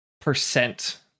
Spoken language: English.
percent